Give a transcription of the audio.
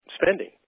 spending